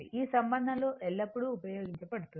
ఈ సంబంధం ఎల్లప్పుడూ ఉపయోగించబడుతుంది